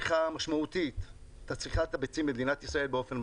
משמעותית את צריכת הביצים במדינת ישראל.